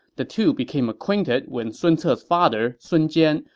the two became acquainted when sun ce's father, sun jian,